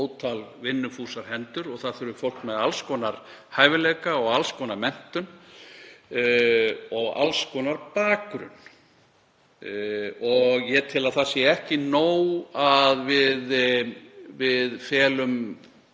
hendur og fólk með alls konar hæfileika og alls konar menntun og alls konar bakgrunn. Ég tel að það sé ekki nóg að við felum